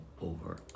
over